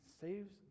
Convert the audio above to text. saves